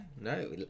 no